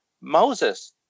Moses